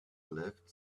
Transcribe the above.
left